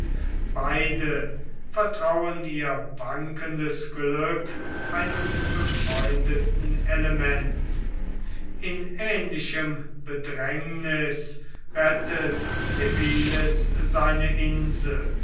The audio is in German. beide vertrauen ihr wankendes glück einem befreundeten elemente in ähnlichem bedrängniß rettet civilis seine insel